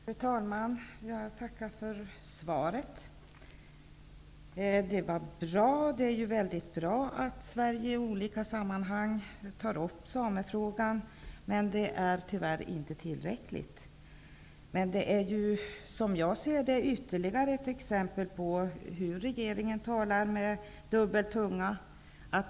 Fru talman! Jag tackar statsrådet för svaret. Det är väldigt bra att Sverige i olika sammanhang tar upp samefrågan, men det är tyvärr inte tillräckligt. Som jag ser det är detta ytterligare ett exempel på att regeringen talar med dubbla tungor.